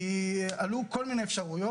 כי עלו כל מיני אפשרויות.